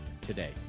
today